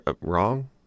wrong